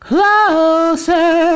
Closer